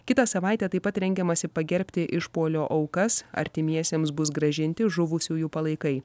kitą savaitę taip pat rengiamasi pagerbti išpuolio aukas artimiesiems bus grąžinti žuvusiųjų palaikai